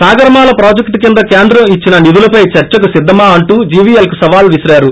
Sagarmala project కింద కేంద్రం ఇచ్చిన నిధులపై చర్సకు సిద్ధమా అంటూ జీవీఎల్కు సవాల్ విసిరారు